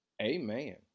Amen